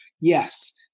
Yes